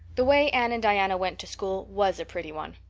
the way anne and diana went to school was a pretty one.